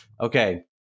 Okay